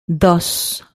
dos